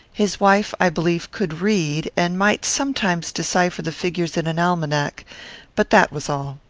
his wife, i believe, could read, and might sometimes decipher the figures in an almanac but that was all.